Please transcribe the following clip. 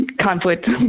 conflict